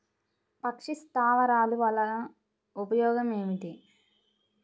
పక్షి స్థావరాలు వలన ఉపయోగం ఏమిటి?